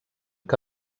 que